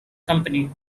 company